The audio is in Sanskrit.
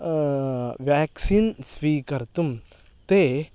व्याक्सीन् स्वीकर्तुं ते